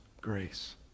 grace